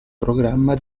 programma